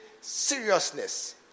seriousness